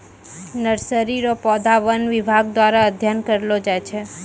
nursery रो पौधा वन विभाग द्वारा अध्ययन करलो जाय छै